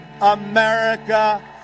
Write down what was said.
America